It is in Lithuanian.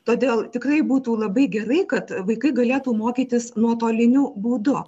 todėl tikrai būtų labai gerai kad vaikai galėtų mokytis nuotoliniu būdu